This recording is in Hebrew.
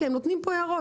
הם נותנים פה הערות,